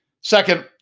Second